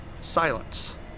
silence